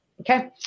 Okay